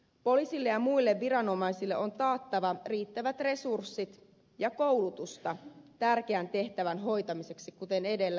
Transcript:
poliisille ja muille viranomaisille on taattava riittävät resurssit ja koulutusta tärkeän tehtävän hoitamiseksi kuten edellä ed